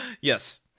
Yes